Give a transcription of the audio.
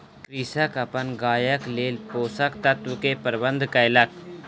कृषक अपन गायक लेल पोषक तत्व के प्रबंध कयलक